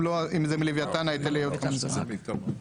אם זה משליוויתן ההיטל יהיה- -- גם מתמר.